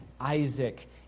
Isaac